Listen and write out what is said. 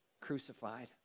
crucified